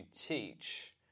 teach